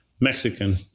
Mexican